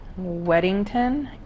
Weddington